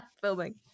filming